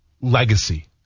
legacy